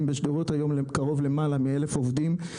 בשדרות והיום כבר יותר מ-1,000 עובדים.